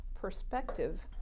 perspective